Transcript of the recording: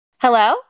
Hello